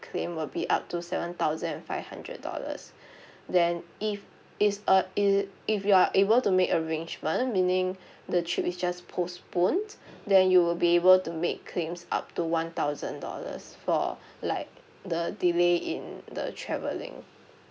claim will be up to seven thousand and five hundred dollars then if it's a is if you are able to make arrangement meaning the trip is just postponed then you will be able to make claims up to one thousand dollars for like the delay in the travelling